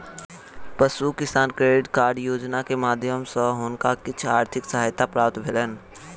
पशु किसान credit card योजना के माध्यम सॅ हुनका किछ आर्थिक सहायता प्राप्त भेलैन